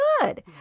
good